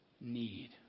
need